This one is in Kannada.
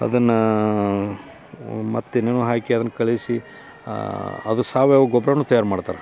ಅದನ್ನು ಮತ್ತೆ ಏನೇನೋ ಹಾಕಿ ಅದನ್ನು ಕಲಿಸಿ ಅದು ಸಾವಯವ ಗೊಬ್ಬರನೂ ತಯಾರು ಮಾಡ್ತಾರೆ